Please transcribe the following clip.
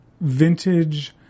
vintage